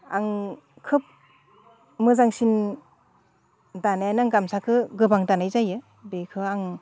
आं खोब मोजांसिन दानायानो आं गामसाखौ गोबां दानाय जायो बेखो आं